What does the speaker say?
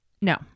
No